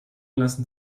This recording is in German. lassen